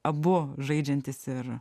abu žaidžiantys ir